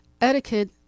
Etiquette